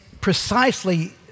precisely